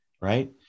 Right